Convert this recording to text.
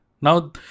Now